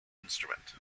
instrument